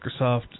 Microsoft